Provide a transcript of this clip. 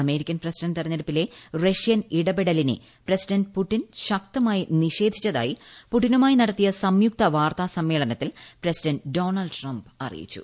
American president തിരഞ്ഞെടുപ്പിലെ Russian ഇടപെടലിനെ president Putin ശക്തമായി നിഷേധിച്ചതായി പൂടിനുമായി നടത്തിയ സംയുക്ത വാർത്താസമ്മേളനത്തിൽ പ്രസിഡന്റ് ഡോണൾഡ് ട്രംപ് അറിയിച്ചു